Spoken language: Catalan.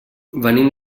venim